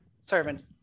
servant